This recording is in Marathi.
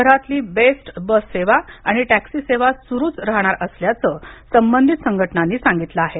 शहरातली बेस्ट बस सेवा आणि टॅक्सी सेवा सुरूच राहणार असल्याचं संबधित संघटनांनी सांगितलं आहे